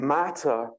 matter